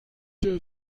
der